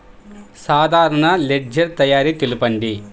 సాధారణ లెడ్జెర్ తయారి తెలుపండి?